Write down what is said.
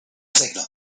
signal